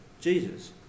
Jesus